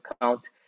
account